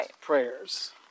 prayers